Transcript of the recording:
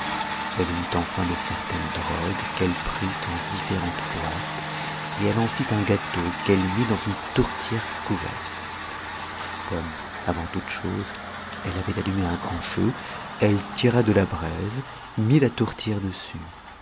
elle y mit enfin de certaines drogues qu'elle prit en différentes bottes et elle en flt un gâteau qu'elle mit dans une tourtière couverte comme avant toute chose elle avait allumé un grand feu elle tira de la braise mit la tourtière dessus